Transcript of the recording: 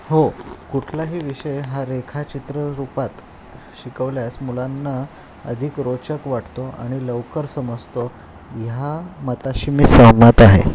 हो कुठलाही विषय हा रेखा चित्र रूपात शिकवल्यास मुलांना अधिक रोचक वाटतो आणि लवकर समजतो ह्या मताशी मी सहमत आहे